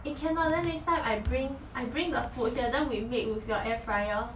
eh can lor then next time I bring I bring the food here then we make with your air fryer